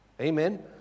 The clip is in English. Amen